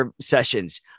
sessions